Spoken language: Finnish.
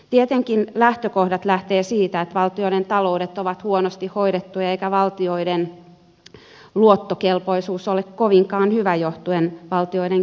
tietenkin lähtökohdat lähtevät siitä että valtioiden taloudet ovat huonosti hoidettuja eikä valtioiden luottokelpoisuus ole kovinkaan hyvä johtuen valtioiden kestävyysvajeesta